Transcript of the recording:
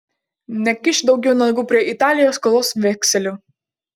nekišk daugiau nagų prie italijos skolos vekselių